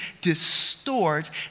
distort